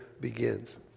begins